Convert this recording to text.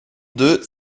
deux